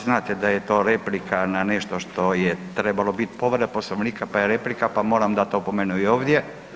Znate da je to replika na nešto što je trebalo biti povreda Poslovnika pa je replika pa moram dati opomenu i ovdje.